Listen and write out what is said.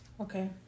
Okay